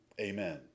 Amen